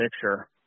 picture